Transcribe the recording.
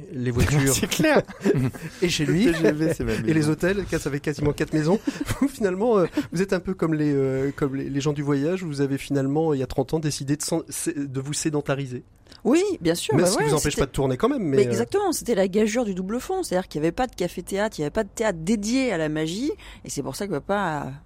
les voitures, C'est clair. et chez Le lui, TGV, c'est ma et maison. les hôtels, quas- ça fait quasiment quatre maisons. Vous, finalement, euh, vous êtes un peu comme les, euh, comme les- les gens du voyage. Vous avez finalement, il y a 30 ans, décidé de sen- c'est- de vous sédentariser. Oui, bien sûr, Mais bah ce qui ouais, vous empêche c'était- pas de tourner quand même, mais, mais euh, exactement, c'était la gageure du Double Fond. C'est-à-dire qu'il y avait pas de café-théâtre, il y avait pas de théâtre dédié à la magie, et c'est pour ça que papa a-